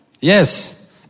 Yes